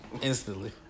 instantly